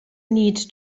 need